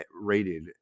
rated